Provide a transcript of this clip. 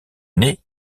née